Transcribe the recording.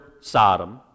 Sodom